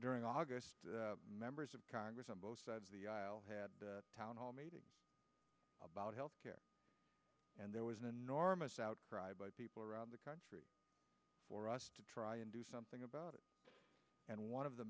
during august members of congress on both sides of the aisle had a town hall meeting about health care and there was an enormous outcry by people around the country for us to try and do something about it and one of the